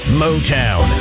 motown